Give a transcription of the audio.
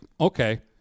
okay